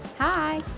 Hi